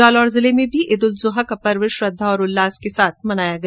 जालौर जिले में भी ईद उल जुहा का पर्व श्रद्धा के साथ मनाया गया